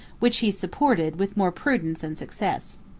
which he supported with more prudence and success.